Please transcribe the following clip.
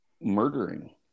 murdering